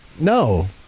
No